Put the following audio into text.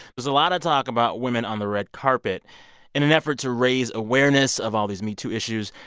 there's a lot of talk about women on the red carpet in an effort to raise awareness of all these metoo issues.